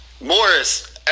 Morris